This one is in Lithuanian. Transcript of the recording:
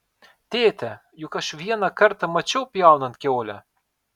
tėte juk aš vieną kartą mačiau pjaunant kiaulę